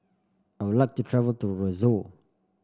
I would like to travel to Roseau